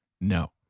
No